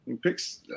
picks